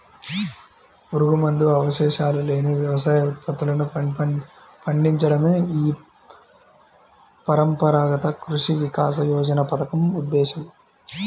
పురుగుమందు అవశేషాలు లేని వ్యవసాయ ఉత్పత్తులను పండించడమే ఈ పరంపరాగత కృషి వికాస యోజన పథకం ఉద్దేశ్యం